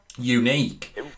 unique